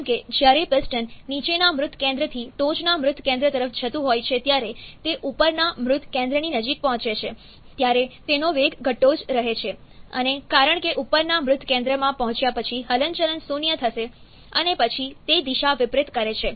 જેમ કે જ્યારે પિસ્ટન નીચેના મૃત કેન્દ્રથી ટોચના મૃત કેન્દ્ર તરફ જતું હોય છે જ્યારે તે ઉપરના મૃત કેન્દ્રની નજીક પહોંચે છે ત્યારે તેનો વેગ ઘટતો જ રહે છે અને કારણ કે ઉપરના મૃત કેન્દ્રમાં પહોંચ્યા પછી હલનચલન 0 હશે અને પછી તે દિશા વિપરીત કરે છે